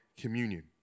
communion